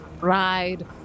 ride